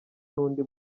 n’undi